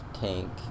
tank